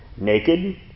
Naked